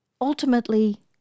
Ultimately